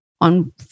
on